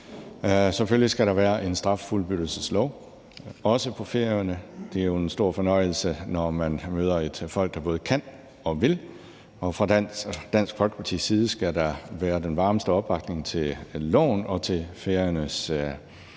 Selvfølgelig skal der være en straffuldbyrdelseslov, også på Færøerne. Det er jo en stor fornøjelse, når man møder et folk, der både kan og vil, og fra Dansk Folkepartis side skal der lyde den varmeste opbakning til loven og til Færøernes